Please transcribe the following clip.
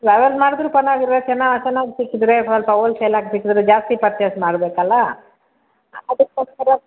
ಯಾವ್ಯಾವ್ದು ಮಾಡಿದ್ರೂ ಪರವಾಗಿಲ್ಲ ಚೆನ್ನಾಗಿ ಸಿಕ್ಕಿದರೆ ಅಂತ ಹೋಲ್ಸೇಲಾಗಿ ಸಿಕ್ಕಿದರೆ ಜಾಸ್ತಿ ಪರ್ಚೆಸ್ ಮಾಡಬೇಕಲ್ಲ ಅದಕ್ಕೋಸ್ಕರ